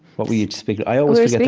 what were you speaking i always forget the